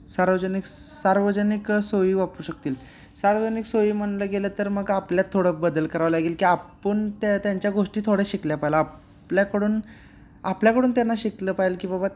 सार्वजनिक सार्वजनिक सोयी वापरू शकतील सार्वजनिक सोयी म्हणलं गेलं तर मग आपल्यात थोडं बदल करावं लागेल की आपण त्या त्यांच्या गोष्टी थोडं शिकल्या पाहिजे आपल्याकडून आपल्याकडून त्यांना शिकलं पाहिजे की बाबा